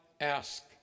ask